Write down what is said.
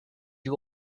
you